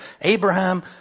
Abraham